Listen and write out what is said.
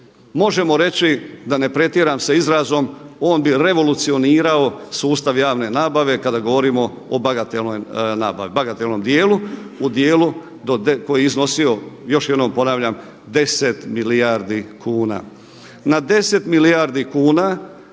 Možemo reći da ne pretjeram sa izrazom on bi revolucionirao sustav javne nabave kada govorimo o bagatelnoj nabavi, bagatelnom djelu u djelu koji je iznosio još jednom ponavljam 10 milijardi kuna. Na 10 milijardi kuna